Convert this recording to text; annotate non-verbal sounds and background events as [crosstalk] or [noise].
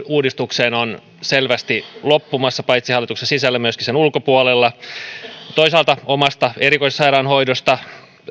[unintelligible] uudistukseen on selvästi loppumassa paitsi hallituksen sisällä myöskin sen ulkopuolella toisaalta omasta erikoissairaanhoidosta